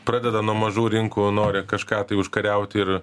pradeda nuo mažų rinkų nori kažką tai užkariauti ir